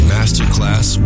Masterclass